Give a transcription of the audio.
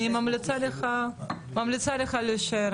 כל ה-600 שמופיעים ברשימה עברו מבחן עיוני וגם מבחן מעשי?